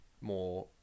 more